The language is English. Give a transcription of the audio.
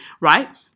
right